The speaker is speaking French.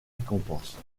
récompenses